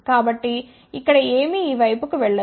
కాబట్టి ఇక్కడ ఏమీ ఈ వైపుకు వెళ్ళదు